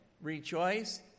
rejoice